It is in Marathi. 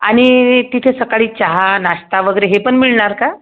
आणि तिथे सकाळी चहा नाश्ता वगैरे हे पण मिळणार का